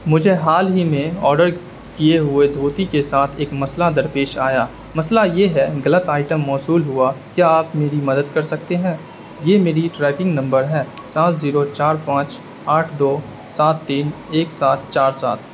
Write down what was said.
مجھے حال ہی میں آڈر کیے ہوئے دھوتی کے ساتھ ایک مسئلہ درپیش آیا مسئلہ یہ ہے غلط آئٹم موصول ہوا کیا آپ میری مدد کر سکتے ہیں یہ میری ٹریکنگ نمبر ہیں سات زیرو چار پانچ آٹھ دو سات تین ایک سات چار سات